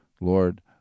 Lord